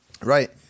Right